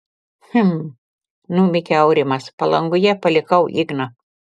hm numykė aurimas palangoje palikau igną